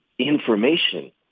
information